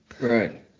Right